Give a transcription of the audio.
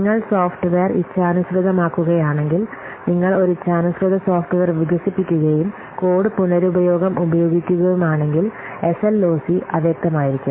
നിങ്ങൾ സോഫ്റ്റ്വെയർ ഇച്ഛാനുസൃതമാക്കുകയാണെങ്കിൽ നിങ്ങൾ ഒരു ഇച്ഛാനുസൃത സോഫ്റ്റ്വെയർ വികസിപ്പിക്കുകയും കോഡ് പുനരുപയോഗം ഉപയോഗിക്കുകയുമാണെങ്കിൽ എസ്എൽഓസി അവ്യക്തം ആയിരിക്കും